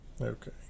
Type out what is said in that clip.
okay